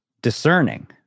discerning